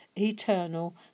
eternal